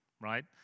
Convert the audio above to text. Right